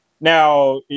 Now